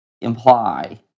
imply